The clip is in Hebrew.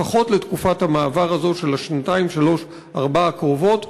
לפחות לתקופת המעבר הזאת של השנתיים-שלוש-ארבע הקרובות,